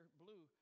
blue